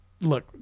Look